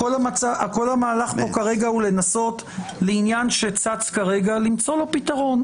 כל המהלך פה כרגע הוא לנסות לעניין שצץ כרגע למצוא לו פתרון.